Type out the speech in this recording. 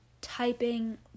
typing